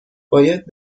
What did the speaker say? باید